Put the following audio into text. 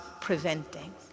preventing